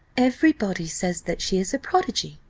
every body says that she's a prodigy,